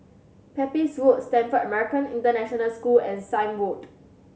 Pepys Road Stamford American International School and Sime Road